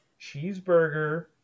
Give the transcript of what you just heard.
Cheeseburger